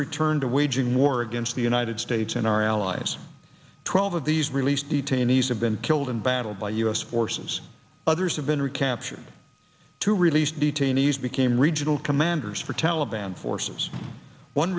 returned to waging war against the united states and our allies twelve of these released detainees have been killed in battle by u s forces others have been recaptured to release detainees became regional commanders for taliban forces one